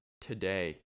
Today